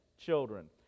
children